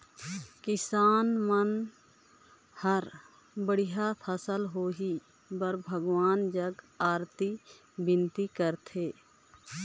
किसान मन हर बड़िया फसल होए बर भगवान जग अरती बिनती करथे